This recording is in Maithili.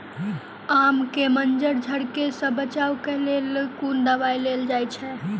आम केँ मंजर झरके सऽ बचाब केँ लेल केँ कुन दवाई देल जाएँ छैय?